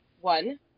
One